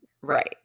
Right